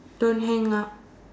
don't hang up